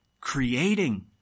creating